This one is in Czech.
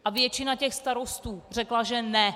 A většina starostů řekla že ne.